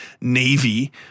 navy